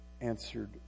answered